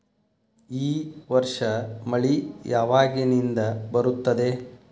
ಈ ವರ್ಷ ಮಳಿ ಯಾವಾಗಿನಿಂದ ಬರುತ್ತದೆ?